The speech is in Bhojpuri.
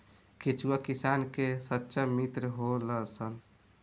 केचुआ किसान के सच्चा मित्र होलऽ सन